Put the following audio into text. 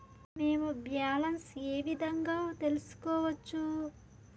మేము బ్యాలెన్స్ ఏ విధంగా తెలుసుకోవచ్చు?